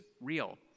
real